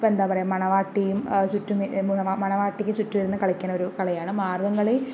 ഇപ്പോൾ എന്താ പറയുക മണവാട്ടിയും ചുറ്റും മണവാട്ടിക്ക് ചുറ്റുമിരുന്ന് കളിക്കണ ഒരു കളിയാണ് മാർഗംകളി